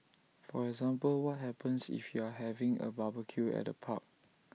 for example what happens if you're having A barbecue at A park